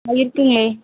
ஆ இருக்குங்களே